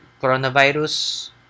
coronavirus